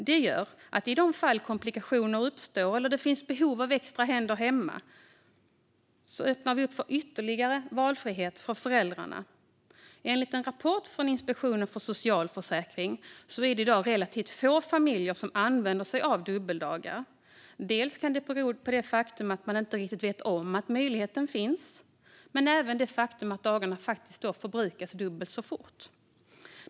Det gör att i de fall komplikationer uppstår eller det finns behov av extra händer hemma öppnar vi för ytterligare valfrihet för föräldrarna. Enligt en rapport från Inspektionen för socialförsäkringen är det i dag relativt få familjer som använder sig av dubbeldagar. Det kan bero dels på att man inte riktigt vet om att möjligheten finns, dels på det faktum att dagarna då förbrukas dubbelt så fort.